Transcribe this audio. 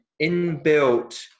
inbuilt